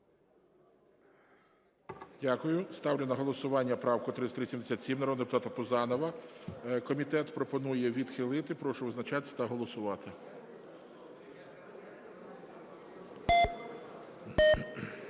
Дякую. Ставлю на голосування правку 3377 народного депутата Пузанова. Комітет пропонує відхилити. Прошу визначатися та голосувати.